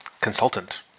consultant